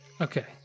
Okay